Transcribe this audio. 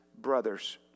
brothers